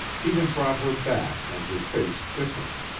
he had brought her back and her face stiffened.